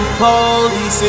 police